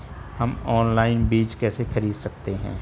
हम ऑनलाइन बीज कैसे खरीद सकते हैं?